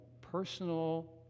personal